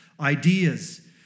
ideas